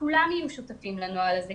שכולם היו שותפים לנוהל הזה.